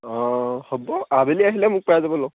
অঁ হ'ব আবেলি আহিলে মোক পাই যাব লগ